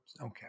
Okay